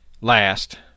last